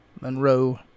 Monroe